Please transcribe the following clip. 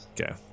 okay